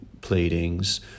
pleadings